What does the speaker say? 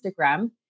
Instagram